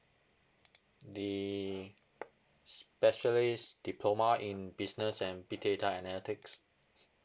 the specialist diploma in business and big data analytics